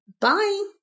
Bye